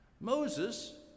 Moses